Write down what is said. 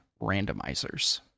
randomizers